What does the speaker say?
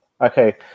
Okay